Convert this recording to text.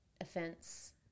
offense